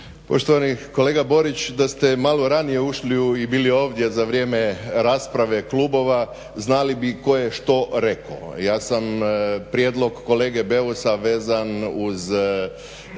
Poštovani kolega Borić, da ste malo ranije ušli i bili ovdje za vrijeme rasprave klubova znali bi tko je što rekao. Ja sam prijedlog kolege Beusa vezan uz